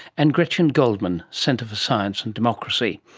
and gretchen goldman, centre for science and democracy.